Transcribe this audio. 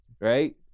Right